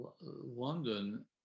London